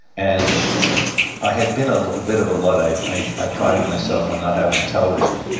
and i had been a bit of a luddite. i i prided myself on not having a television.